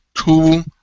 two